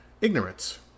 Ignorance